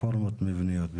לרפורמות מבניות.